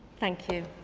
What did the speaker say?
thank you.